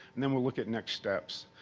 then we'll look at next steps.